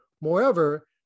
Moreover